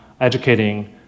educating